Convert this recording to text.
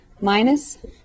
minus